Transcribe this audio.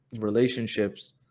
relationships